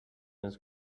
his